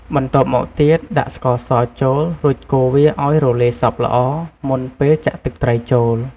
បន្ទាប់មកទៀត ដាក់ស្ករសចូល រួចកូរវាឱ្យរលាយសព្វល្អ មុនពេលចាក់ទឹកត្រីចូល។